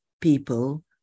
people